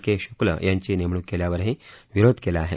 के शुक्ल यांची नेमणूक केल्यावरही विरोध केला आहे